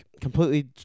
completely